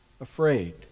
afraid